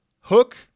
Hook